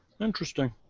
Interesting